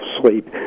sleep